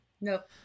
Nope